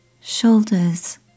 shoulders